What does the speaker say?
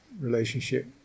relationship